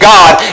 God